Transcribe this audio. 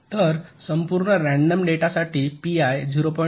तर संपूर्ण रँडम डेटासाठी पीआय 0